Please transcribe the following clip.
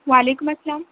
وعلیکم السّلام